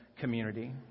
Community